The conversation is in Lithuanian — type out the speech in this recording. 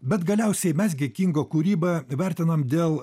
bet galiausiai mes gi kingo kūrybą vertinam dėl